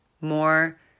more